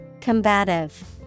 Combative